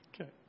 Okay